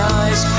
eyes